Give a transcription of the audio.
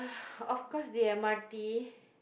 of course the M_R_T